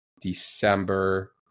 December